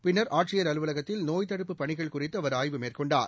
பின்னர் ஆட்சியர் அலுவலகத்தில் நோய் தடுப்புப் பணிகள் குறித்து அவர் ஆய்வு மேற்கொண்டார்